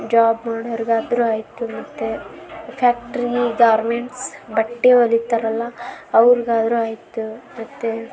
job ಮಾಡೋರ್ಗಾದರೂ ಆಯಿತು ಮತ್ತು ಫ್ಯಾಕ್ಟ್ರೀ ಗಾರ್ಮೆಂಟ್ಸ್ ಬಟ್ಟೆ ಹೊಲಿತಾರಲ್ಲ ಅವ್ರ್ಗಾದ್ರು ಆಯಿತು ಮತ್ತು